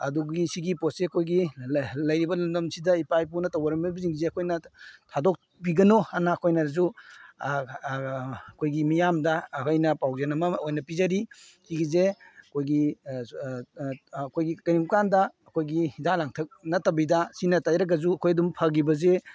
ꯑꯗꯨꯒꯤ ꯁꯤꯒꯤ ꯄꯣꯠꯁꯦ ꯑꯩꯈꯣꯏꯒꯤ ꯂꯩꯔꯤꯕ ꯂꯝꯗꯝꯁꯤꯗ ꯏꯄꯥ ꯏꯄꯨꯅ ꯇꯧꯔꯝꯃꯤꯕꯁꯤꯡꯁꯦ ꯑꯩꯈꯣꯏꯅ ꯊꯥꯗꯣꯛꯄꯤꯒꯅꯨꯑꯅ ꯑꯩꯈꯣꯏꯅꯁꯨ ꯑꯩꯈꯣꯏꯒꯤ ꯃꯤꯌꯥꯝꯗ ꯑꯩꯈꯣꯏꯅ ꯄꯥꯎꯖꯦꯟ ꯑꯃ ꯑꯣꯏꯅ ꯄꯤꯖꯔꯤ ꯁꯤꯒꯤꯁꯦ ꯑꯩꯈꯣꯏꯒꯤ ꯑꯩꯈꯣꯏꯒꯤ ꯀꯩꯒꯨꯝ ꯀꯥꯟꯗ ꯑꯩꯈꯣꯏꯒꯤ ꯍꯤꯗꯥꯛ ꯂꯥꯡꯊꯛ ꯅꯠꯇꯕꯤꯗ ꯁꯤꯅ ꯇꯩꯔꯒꯁꯨ ꯑꯩꯈꯣꯏ ꯑꯗꯨꯝ ꯐꯒꯤꯕꯁꯦ